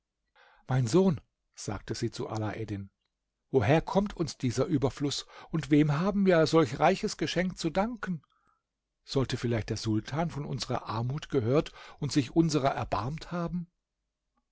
mein sohn sagte sie zu alaeddin woher kommt uns dieser überfluß und wem haben wir für solch reiches geschenk zu danken sollte vielleicht der sultan von unserer armut gehört und sich unser erbarmt haben